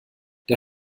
der